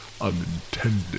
unintended